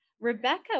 Rebecca